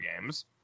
games